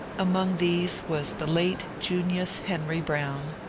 among these was the late junius henri browne,